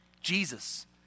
Jesus